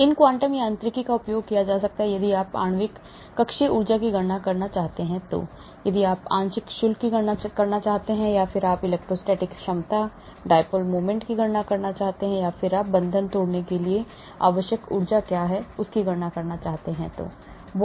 इन quantum यांत्रिकी का उपयोग किया जा सकता है यदि आप आणविक कक्षीय ऊर्जा की गणना करना चाहते हैं यदि आप आंशिक शुल्क की गणना करना चाहते हैं यदि आप इलेक्ट्रोस्टैटिक क्षमता dipole moments की गणना करना चाहते हैं कि बंधन तोड़ने के लिए आवश्यक ऊर्जा क्या है तो ऊर्जा की आवश्यकता होती है